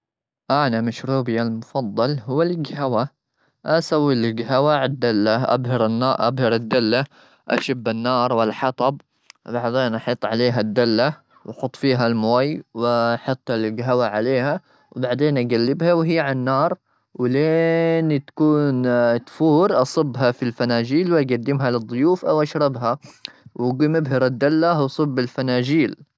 أنا مشروبي المفضل هو الجهوة. أسوي الجهوة عند ال-أبهر-أبهر الدلة. أشب النار والحطب. وبعدين أحط عليها الدلة، وأحط فيها الماي، وأحط الجهوة عليها. وبعدين أجلبها وهي عالنار. ولين تكون، تفور، أصبها في الفناجيل وأقدمها للضيوف أو أشربها. وقم أبهر الدلة وصب الفناجيل.